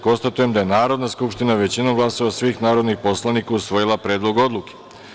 Konstatujem da je Narodna skupština većinom glasova svih narodnih poslanika usvojila Predlog odluke.